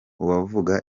uwavuga